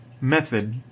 method